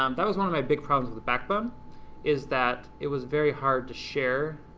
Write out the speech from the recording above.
um that was one of my big problems with backbone is that it was very hard to share,